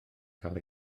cael